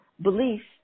beliefs